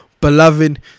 Beloved